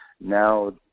now